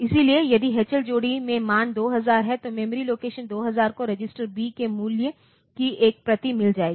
इसलिए यदि H L जोड़ी में मान 2000 है तो मेमोरी लोकेशन 2000 को रजिस्टर बी के मूल्य की एक प्रति मिल जाएगी